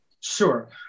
Sure